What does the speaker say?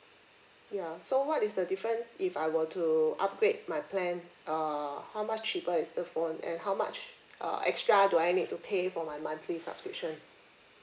ya so what is the difference if I were to upgrade my plan uh how much cheaper is the phone and how much uh extra do I need to pay for my monthly subscription